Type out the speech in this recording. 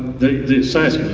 the science